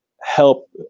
help